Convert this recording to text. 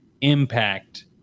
impact